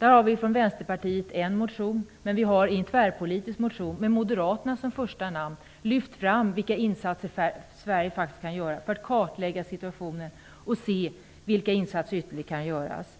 Vi har i Vänsterpartiet väckt en motion, och i en tvärpolitisk motion, med Moderaterna som första namn, lyfts de insatser fram som Sverige kan göra för att kartlägga situationen och för att se vilka ytterligare insatser som kan göras.